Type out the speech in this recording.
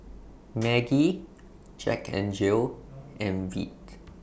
Maggi Jack N Jill and Veet